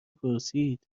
پرسید